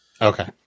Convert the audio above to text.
Okay